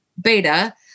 beta